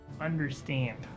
understand